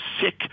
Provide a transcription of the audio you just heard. sick